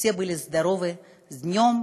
שכולכם תהיו בריאים.